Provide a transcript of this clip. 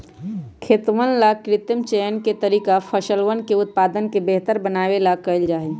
खेतवन ला कृत्रिम चयन के तरीका फसलवन के उत्पादन के बेहतर बनावे ला कइल जाहई